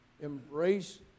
embrace